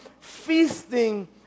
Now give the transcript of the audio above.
feasting